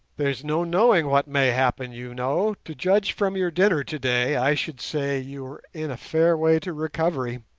there's no knowing what may happen, you know. to judge from your dinner today, i should say you were in a fair way to recovery